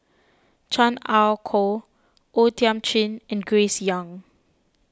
Chan Ah Kow O Thiam Chin and Grace Young